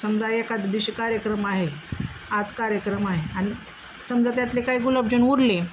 समजा एका दिवशी कार्यक्रम आहे आज कार्यक्रम आहे आणि समजा त्यातले काही गुलाबजाम उरले